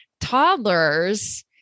Toddlers